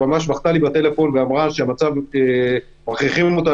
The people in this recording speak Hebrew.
היא ממש בכתה בטלפון ואמרה שמכריחים אותה